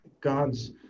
God's